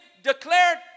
Declared